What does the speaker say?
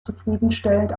zufriedenstellend